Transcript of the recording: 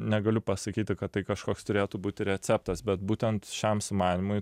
negaliu pasakyti kad tai kažkoks turėtų būti receptas bet būtent šiam sumanymui